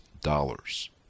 dollars